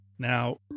Now